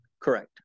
Correct